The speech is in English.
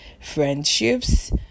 friendships